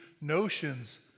notions